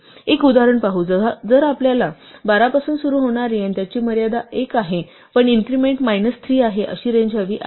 एक उदाहरण पाहू समजा आपल्याला 12 पासून सुरू होणारी आणि ज्याची मर्यादा 1 आहे पण इन्क्रिमेंट मायनस 3 आहे अशी रेंज हवी आहे